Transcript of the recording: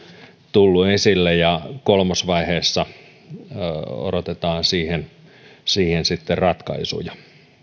tullut esille ja kolmosvaiheessa odotetaan siihen siihen sitten ratkaisuja